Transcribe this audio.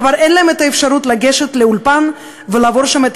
כבר אין להם אפשרות לגשת לאולפן ולעבור שם את